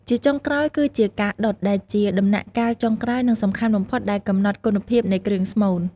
ជាចុងក្រោយគឺជាការដុត ដែលជាដំណាក់កាលចុងក្រោយ និងសំខាន់បំផុតដែលកំណត់គុណភាពនៃគ្រឿងស្មូន។